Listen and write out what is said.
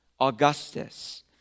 Augustus